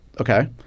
Okay